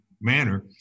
manner